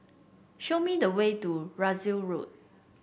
show me the way to Russel Road